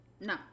No